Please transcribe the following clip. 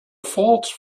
false